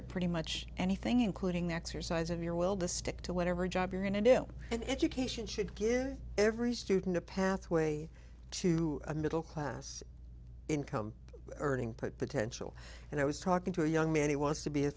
at pretty much anything including the exercise of your will to stick to whatever job you're going to do and education should give every student a pathway to a middle class income earning potential and i was talking to a young man who wants to be a